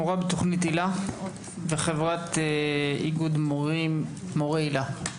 מורה בתוכנית היל"ה וחברת איגוד מורי היל"ה.